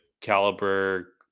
caliber